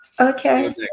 Okay